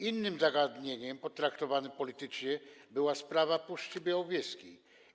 Innym zagadnieniem potraktowanym politycznie była sprawa Puszczy Białowieskiej.